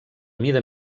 mida